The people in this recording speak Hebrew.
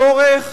צורך